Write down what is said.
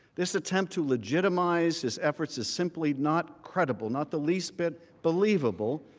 this attempt to legitimize his efforts is simply not credible, not the least bit believable.